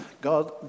God